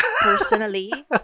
personally